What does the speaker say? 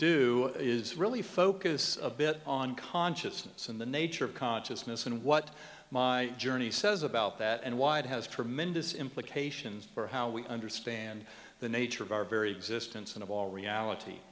do is really focus a bit on consciousness and the nature of consciousness and what my journey says about that and why it has tremendous implications for how we understand the nature of our very existence and of all reality